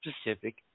specific